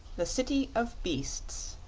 the city of beasts